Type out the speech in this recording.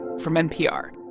from npr.